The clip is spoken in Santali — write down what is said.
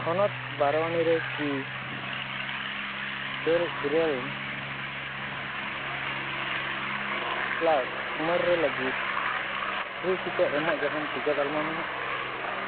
ᱦᱚᱱᱚᱛ ᱵᱟᱨᱚᱣᱟᱱᱤ ᱨᱮ ᱠᱤ ᱜᱮᱞ ᱤᱨᱟᱹᱞ ᱯᱞᱟᱥ ᱩᱢᱮᱨ ᱨᱮ ᱞᱟᱹᱜᱤᱫ ᱯᱷᱨᱤ ᱴᱤᱠᱟᱹ ᱮᱢᱚᱜ ᱡᱟᱦᱟᱱ ᱴᱤᱠᱟᱹ ᱛᱟᱞᱢᱟ ᱢᱮᱱᱟᱜᱼᱟ